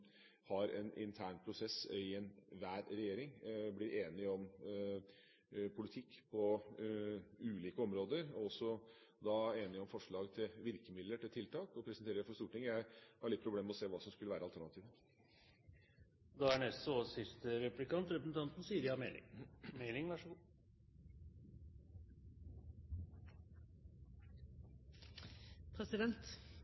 har en intern prosess i enhver regjering, blir enige om politikken på ulike områder og også blir enige om forslag til virkemidler og tiltak og presenterer det for Stortinget. Jeg har litt problemer med å se hva som skulle være